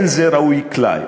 זה אינו ראוי כלל,